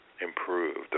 improved